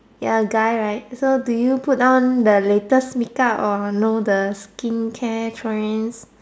you are a guy right so do you put down the latest make-up or know the skincare trends